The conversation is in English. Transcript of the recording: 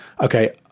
okay